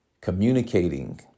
communicating